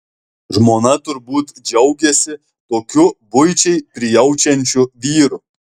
žmona turbūt džiaugiasi tokiu buičiai prijaučiančiu vyru